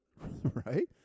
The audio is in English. Right